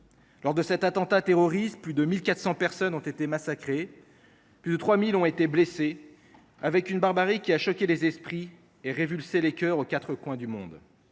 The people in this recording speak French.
Lors de cet attentat terroriste, plus de 1 400 personnes ont été massacrées, plus de 3 000 autres ont été blessées ; ces actes de barbarie ont choqué les esprits et révulsé les cœurs aux quatre coins du monde.